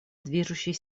движущей